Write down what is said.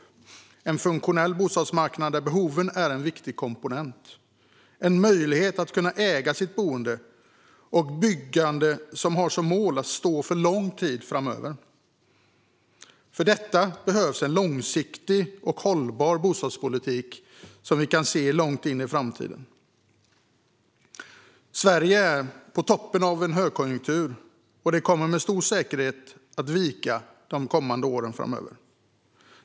Grundstenarna är en funktionell bostadsmarknad med behoven som en viktig komponent, möjlighet att äga sitt boende och byggande av bostäder som har som mål att stå under lång tid framöver. För detta behövs en långsiktig och hållbar politik som kan se långt in i framtiden. Sverige är på toppen av en högkonjunktur. Den kommer med stor säkerhet att vika under de kommande åren.